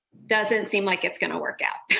doesn't seem like it's going to work out.